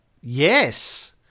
Yes